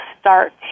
start